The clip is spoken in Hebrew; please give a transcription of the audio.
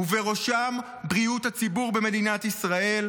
ובראשן בריאות הציבור במדינת ישראל.